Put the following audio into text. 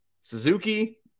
Suzuki